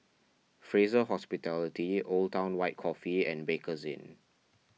Fraser Hospitality Old Town White Coffee and Bakerzin